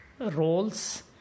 roles